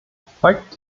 folgt